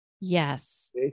Yes